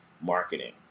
marketing